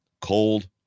Cold